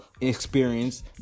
experience